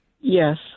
Yes